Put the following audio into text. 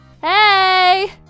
Hey